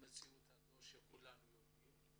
במציאות הזאת שכולנו יודעים עליה.